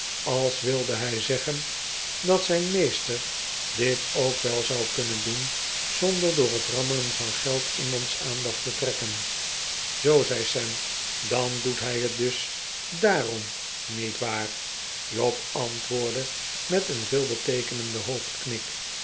als wilde hij zeggen dat zijn meester dit ook wel zou kunnen doen zpnder door het rammelen van geld iemands aandacht te trekken zoo zei sam dan doet hij het dus daarom niet waar job antwoordde met een veelbeteekenenden hoofdknik